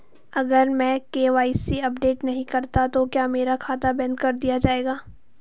अगर मैं KYC update नहीं करता तो क्या मेरा खाता बंद कर दिया जाएगा?